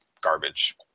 garbage